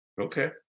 Okay